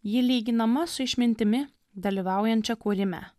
ji lyginama su išmintimi dalyvaujančia kūrime